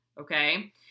okay